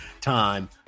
time